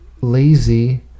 lazy